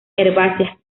herbáceas